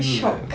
shock